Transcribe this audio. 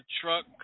Truck